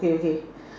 okay okay